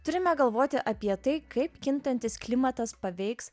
turime galvoti apie tai kaip kintantis klimatas paveiks